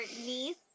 niece